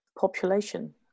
population